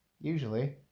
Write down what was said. Usually